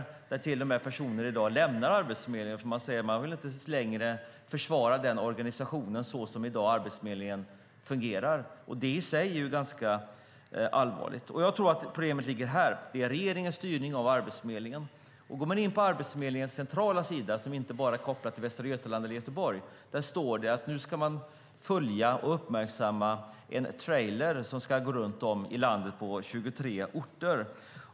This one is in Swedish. Det är till och med personer i dag som lämnar Arbetsförmedlingen för att man säger att man inte längre vill försvara organisationen så som Arbetsförmedlingen fungerar i dag. Det i sig är ju ganska allvarligt. Jag tror att problemet ligger här. Det är regeringens styrning av Arbetsförmedlingen. Går man in på Arbetsförmedlingens centrala sida, som inte bara är kopplad till Västra Götaland eller Göteborg, kan man se att det står att nu ska man följa och uppmärksamma en trailer som ska gå runt om i landet till 23 orter.